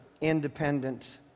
independent